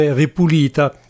ripulita